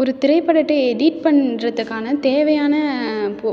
ஒரு திரைப்படத்தை எடிட் பண்ணுறதுக்கான தேவையான போ